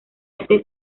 este